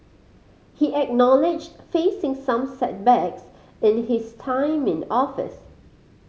he acknowledged facing some setbacks in his time in office